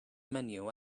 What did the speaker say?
menu